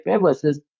versus